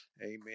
Amen